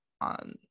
on